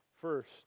first